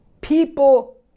People